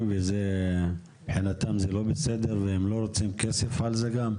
ושזה לא בסדר מבחינתם ושהם לא רוצים כסף על זה גם?